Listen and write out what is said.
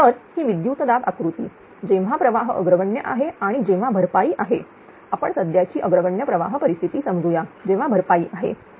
तर ही विद्युत दाब आकृती जेव्हा प्रवाह अग्रगण्य आहे आणि जेव्हा भरपाई आहे आपण सध्याची अग्रगण्य प्रवाह परिस्थिती समजूया जेव्हा भरपाई आहे